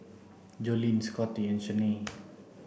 Jolene Scottie and Shanae